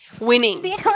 Winning